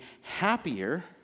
happier